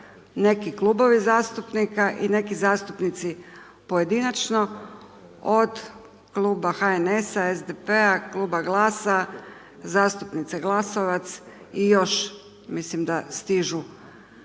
neki klubovi zastupnika i neki zastupnici pojedinačno od kluba HNS-a, SDP-a, kluba GLAS-a, zastupnice Glasovac i još mislim da stižu